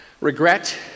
Regret